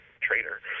traitor